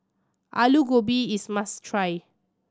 Aloo Gobi is must try